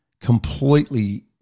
completely